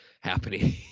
happening